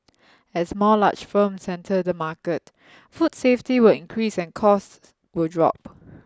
as more large firms enter the market food safety will increase and costs will drop